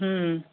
हम्म